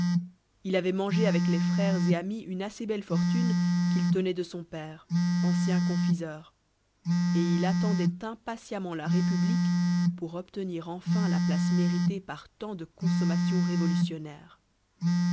il avait mangé avec les frères et amis une assez belle fortune qu'il tenait de son père ancien confiseur et il attendait impatiemment la république pour obtenir enfin la place méritée par tant de consommations révolutionnaires